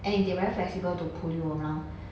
and if they very flexible to pull you around